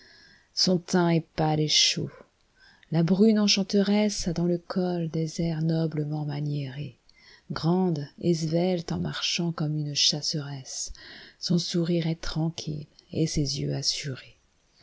son teint est pâle et chaud la brune enchanteressea dans le col des airs noblement maniérés grande et svelte en marchant comme une chasseresse son sourire est tranquille et ses yeux